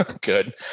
Good